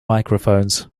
microphones